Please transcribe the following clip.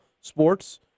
sports